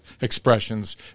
expressions